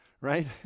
right